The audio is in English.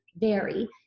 vary